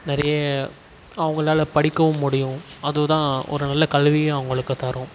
நிறைய அவங்களால படிக்கவும் முடியும் அது தான் ஒரு நல்ல கல்வியும் அவங்களுக்கு தரும்